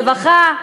הרווחה,